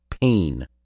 pain